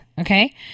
okay